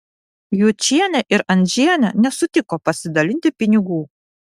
jučienė ir andžienė nesutiko pasidalinti pinigų